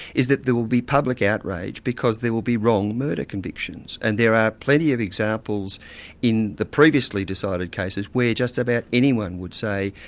is that there will be public outrage because there will be wrong murder convictions, and there are plenty of examples in the previously decided cases where just about anyone would say,